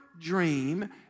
dream